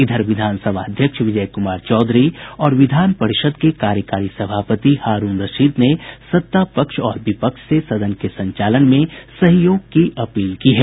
इधर विधान सभा अध्यक्ष विजय कुमार चौधरी और विधान परिषद के कार्यकारी सभापति हारूण रशीद ने सत्तापक्ष और विपक्ष से सदन के संचालन में सहयोग की अपील की है